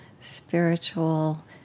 spiritual